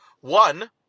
One